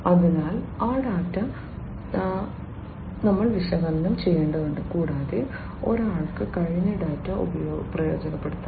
അതിനാൽ ആ ഡാറ്റ ഞങ്ങൾ വിശകലനം ചെയ്യേണ്ടതുണ്ട് കൂടാതെ ഒരാൾക്ക് കഴിഞ്ഞ ഡാറ്റ പ്രയോജനപ്പെടുത്താം